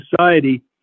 society